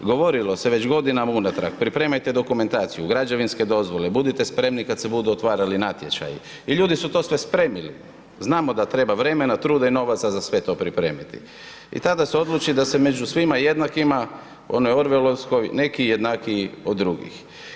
Govorilo se već godinama unatrag, pripremajte dokumentaciju, građevinske dozvole, budite spremni kad se budu otvarali natječaji i ljudi su to sve spremili, znamo da treba vremena, truda i novaca za sve to pripremiti i tada se odluči da se među svima jednakima, onoj orwellovskoj, neki jednakiji od drugih.